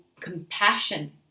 compassion